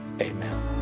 Amen